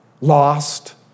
lost